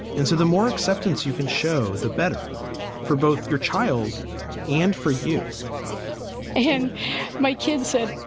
and so the more acceptance you can show, the better for both your child and for you and my kid said,